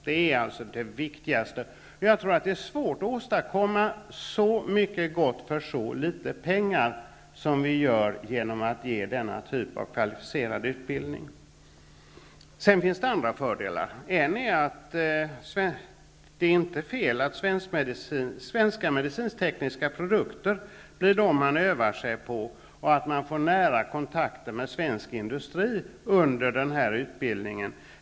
Det är det viktigaste. jag tror att det är svårt att åstadkomma så mycket gott för så litet pengar, som vi gör genom att ge denna typ av kvalificerad utbildning. Sedan finns det andra fördelar. Det är inte fel att svenska medicinsk-tekniska produkter blir dem man övar sig på och att man får nära kontakter med svensk industri under denna utbildning.